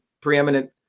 preeminent